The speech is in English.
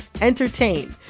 entertain